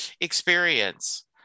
experience